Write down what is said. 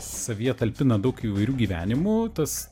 savyje talpina daug įvairių gyvenimų tas